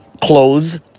clothes